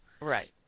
Right